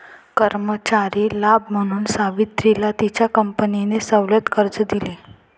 कर्मचारी लाभ म्हणून सावित्रीला तिच्या कंपनीने सवलत कर्ज दिले